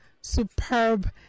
superb